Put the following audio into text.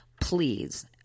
Please